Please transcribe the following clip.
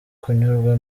kunyurwa